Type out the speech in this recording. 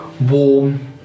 warm